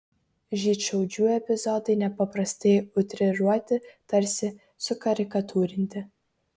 žydšaudžių epizodai nepaprastai utriruoti tarsi sukarikatūrinti